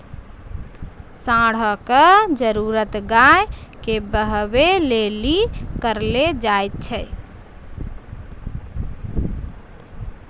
साँड़ा के जरुरत गाय के बहबै लेली करलो जाय छै